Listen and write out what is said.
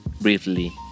briefly